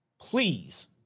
Please